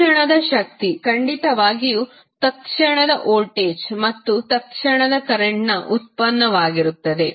ತತ್ಕ್ಷಣದ ಶಕ್ತಿ ಖಂಡಿತವಾಗಿಯೂ ತತ್ಕ್ಷಣದ ವೋಲ್ಟೇಜ್ ಮತ್ತು ತತ್ಕ್ಷಣದ ಕರೆಂಟ್ನ ಉತ್ಪನ್ನವಾಗಿರುತ್ತದೆ